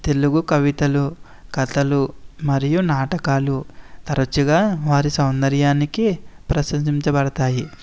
తెలుగు కవితలు కథలు మరియు నాటకాలు తరచుగా వారి సౌందర్యానికి ప్రసిదించబడతాయి